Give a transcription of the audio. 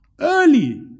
Early